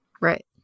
Right